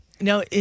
now